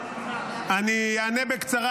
אני אענה בקצרה,